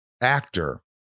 actor